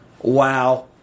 Wow